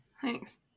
Thanks